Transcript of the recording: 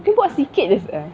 dia buat sikit jer sia